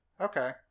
Okay